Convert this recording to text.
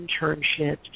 internships